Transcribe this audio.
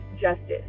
justice